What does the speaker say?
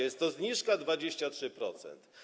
Jest to zniżka 23%.